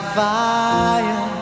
fire